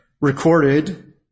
recorded